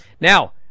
Now